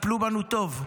טיפלו בנו טוב,